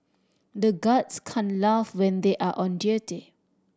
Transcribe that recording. the guards can't laugh when they are on duty